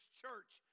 church